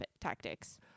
tactics